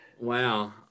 Wow